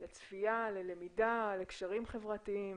לצפיה, ללמידה, קשרים חברתיים